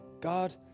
God